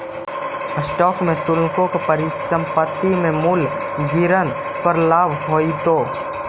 short में तुमको परिसंपत्ति के मूल्य गिरन पर लाभ होईतो